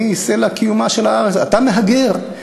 אני סלע קיומה של הארץ, אתה מהגר.